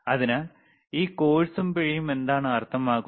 അതിനാൽ ഈ കോഴ്സും പിഴയും എന്താണ് അർത്ഥമാക്കുന്നത്